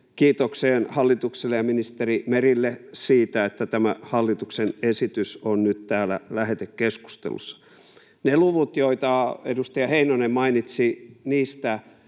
kiitokseen hallitukselle ja ministeri Merelle siitä, että tämä hallituksen esitys on nyt täällä lähetekeskustelussa. Ne luvut, joita edustaja Heinonen mainitsi niistä